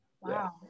wow